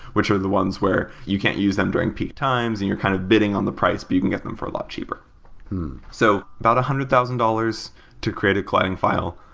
which are the ones where you can't use them during peak times and you're kind of bidding on the price, but you can get them for a lot cheaper so about one hundred thousand dollars to create a colliding file.